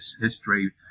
history